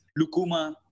Lukuma